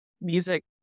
music